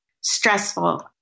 stressful